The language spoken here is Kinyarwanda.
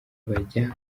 bajya